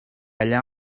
allà